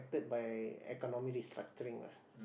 by economic restructuring lah